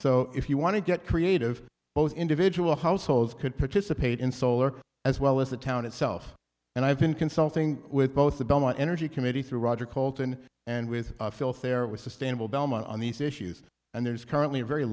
so if you want to get creative both individual households could participate in solar as well as the town itself and i've been consulting with both the belmont energy committee through roger colton and with filth there with sustainable delma on these issues and there's currently a very